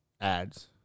ads